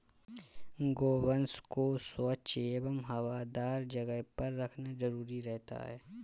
गोवंश को स्वच्छ एवं हवादार जगह पर रखना जरूरी रहता है